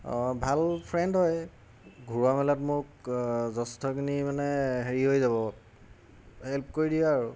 অঁ ভাল ফ্ৰেণ্ড হয় ঘৰুৱা মেলাত মোক যথেষ্টখিনি মানে হেৰি হৈ যাব হেল্প কৰি দিয়ে আৰু